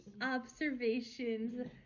Observations